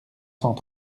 cent